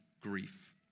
grief